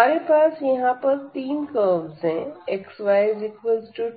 हमारे पास यहां पर तीन कर्वस हैं xy2yx24